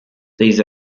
these